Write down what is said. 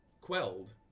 quelled